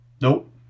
Nope